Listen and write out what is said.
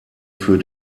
für